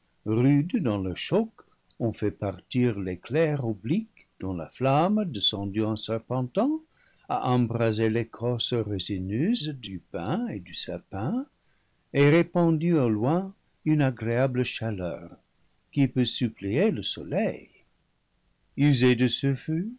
rudes dans leur choc ont fait partir l'éclair oblique dont la flamme descendue en serpentant a embrasé l'écorce résineuse du pin et du sapin et répandu au loin une agréable chaleur qui peut suppléer le soleil user de ce feu